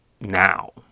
now